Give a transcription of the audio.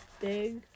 big